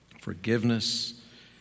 forgiveness